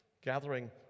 gathering